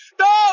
No